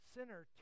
Sinner